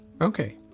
Okay